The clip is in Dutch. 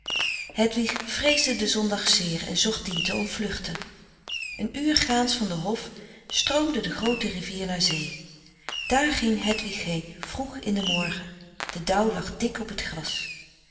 hedwig vreesde den zondag zeer en zocht dien te ontvluchten een uur gaans van den hof stroomde de groote rivier naar zee daar ging hedwig heen vroeg in den morgen de dauw lag dik op t gras